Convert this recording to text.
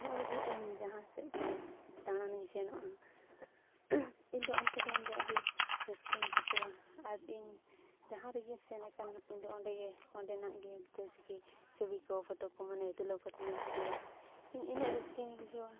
ᱱᱚᱜᱼᱚᱭ ᱡᱮ ᱤᱧ ᱡᱟᱦᱟᱸ ᱥᱮᱫᱜᱮ ᱫᱟᱬᱟᱱᱤᱧ ᱥᱮᱱᱚᱜᱼᱟ ᱤᱧᱫᱚ ᱚᱱᱛᱮ ᱫᱚ ᱤᱧᱫᱚ ᱟᱹᱰᱤ ᱨᱟᱹᱥᱠᱟᱹᱧ ᱵᱩᱡᱷᱟᱹᱣᱟ ᱟᱨ ᱤᱧ ᱡᱟᱦᱟᱸ ᱨᱮᱜᱮᱧ ᱥᱮᱱ ᱟᱠᱟᱱᱟ ᱤᱧᱫᱚ ᱚᱸᱰᱮᱜᱮ ᱚᱸᱰᱮᱱᱟᱜ ᱜᱮ ᱡᱮᱭᱥᱮ ᱠᱤ ᱪᱷᱚᱵᱤ ᱠᱚ ᱯᱷᱳᱴᱳ ᱠᱚ ᱢᱟᱱᱮ ᱛᱩᱞᱟᱹᱣ ᱠᱟᱛᱮᱱᱤᱧ ᱟᱹᱜᱩᱭᱟ ᱤᱧ ᱤᱱᱟᱹᱜ ᱨᱟᱹᱥᱠᱟᱹᱧ ᱵᱩᱡᱷᱟᱹᱣᱟ